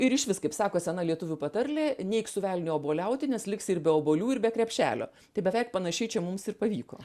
ir išvis kaip sako sena lietuvių patarlė neik su velniu obuoliauti nes liksi ir be obuolių ir be krepšelio tai beveik panašiai čia mums ir pavyko